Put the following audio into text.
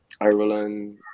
Ireland